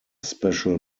special